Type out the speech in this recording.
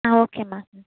ஆ ஓகேம்மா ம்